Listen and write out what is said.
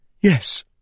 Yes